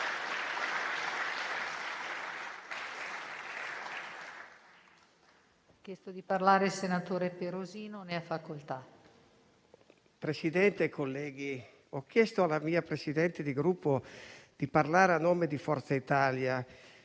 Presidente, colleghi, ho chiesto alla mia Presidente di Gruppo di parlare a nome di Forza Italia